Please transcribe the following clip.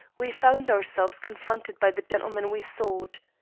we found ourselves confronted by the gentleman we sought.